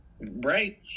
Right